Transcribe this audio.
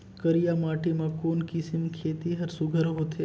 करिया माटी मा कोन किसम खेती हर सुघ्घर होथे?